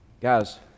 Guys